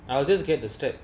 I will just get the strap